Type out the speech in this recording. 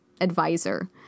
advisor